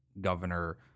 Governor